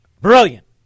brilliant